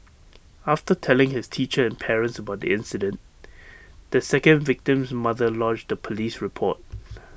after telling his teacher and parents about the incident the second victim's mother lodged A Police report